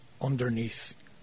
underneath